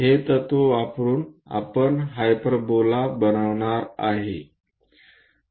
हे तत्व वापरुन आपण हायपरबोला बनवणार आहोत